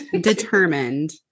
Determined